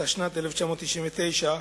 התשנ"ט 1999,